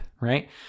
right